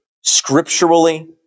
scripturally